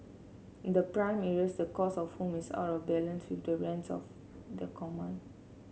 in the prime areas the cost of homes out of balance with the rents of they command